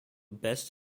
best